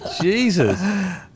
Jesus